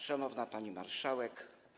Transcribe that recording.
Szanowna Pani Marszałek!